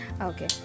Okay